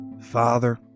Father